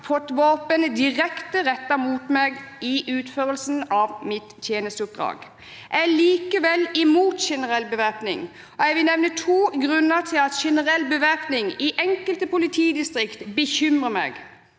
fått våpen rettet direkte mot meg i utførelsen av mitt tjenesteoppdrag. Jeg er likevel imot generell bevæpning, og jeg vil nevne noen grunner til at generell bevæpning i enkelte politidistrikter bekymrer meg.